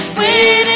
waiting